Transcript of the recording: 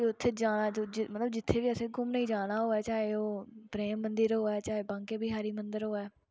फ्ही उत्थै जाना मतलब जित्थै असें घूमने जाना होऐ चाहे ओह् प्रेम मंदर होऐ बांकेबिखारी मंदर होऐ